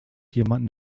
jemanden